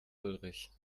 ulrich